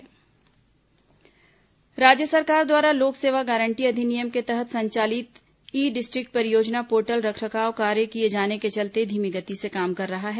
ई district portal राज्य सरकार द्वारा लोक सेवा गारंटी अधिनियम के तहत संचालित ई डिस्ट्रिक्ट परियोजना पोर्टल रखरखाव कार्य किए जाने के चलते धीमी गति से काम कर रहा है